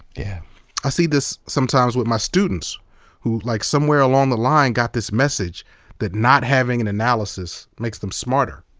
yeah i see this sometimes with my students who like somewhere along the line got this message that not having an analysis makes them smarter.